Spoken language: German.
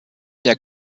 der